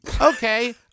Okay